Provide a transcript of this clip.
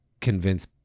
convince